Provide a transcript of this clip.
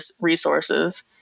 resources